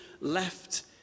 left